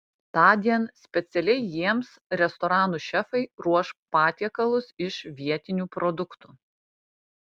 tądien specialiai jiems restoranų šefai ruoš patiekalus iš vietinių produktų